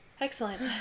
Excellent